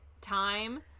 time